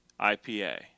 IPA